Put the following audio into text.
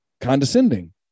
condescending